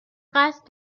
قصد